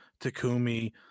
Takumi